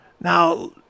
Now